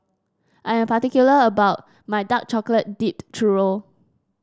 I am particular about my Dark Chocolate Dipped Churro